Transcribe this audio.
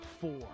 four